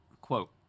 Quote